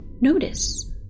Notice